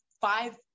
five